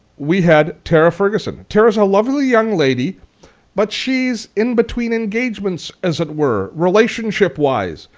we had tara ferguson. tara's a lovely young lady but she is in between engagements as it were, relationship-wise,